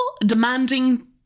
Demanding